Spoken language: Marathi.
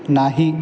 नाही